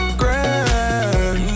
grand